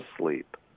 sleep